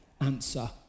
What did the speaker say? answer